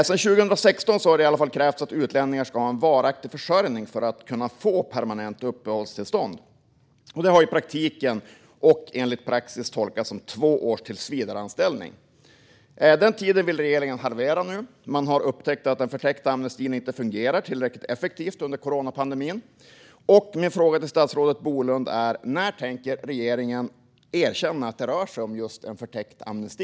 Sedan 2016 har det i alla fall krävts att utlänningar ska ha en varaktig försörjning för att kunna få permanent uppehållstillstånd. Det har i praktiken och enligt praxis tolkats som två års tillsvidareanställning. Den tiden vill regeringen nu halvera. Man har upptäckt att den förtäckta amnestin inte fungerar tillräckligt effektivt under coronapandemin. Min fråga till statsrådet Bolund är: När tänker regeringen erkänna att det rör sig om just en förtäckt amnesti?